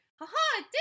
ha-ha